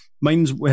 mines